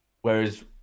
Whereas